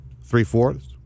three-fourths